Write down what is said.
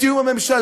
בתיאום עם הממשלה,